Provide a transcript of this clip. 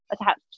attached